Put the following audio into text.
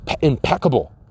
impeccable